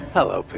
Hello